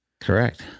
Correct